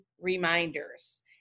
reminders